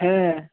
হ্যাঁ